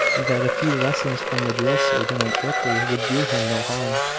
that a few lessons from the drill-sergeant at blickley would do him no harm.